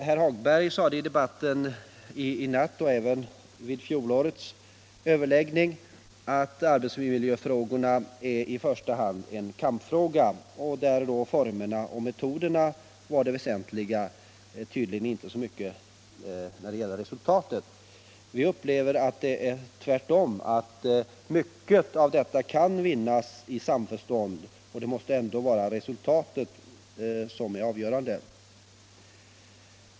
Herr Hagberg i Borlänge sade i debatten i natt och även under fjolårets överläggningar ätt arbetsmiljöfrågorna i första hand är en kampfråga, där formerna och metoderna är det väsentliga men tydligen inte resultatet. Vi upplever att det är tvärtom — att mycket av detta kan vinnas i samförstånd och att resultaten ändå måste vara avgörande.